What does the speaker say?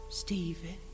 Stephen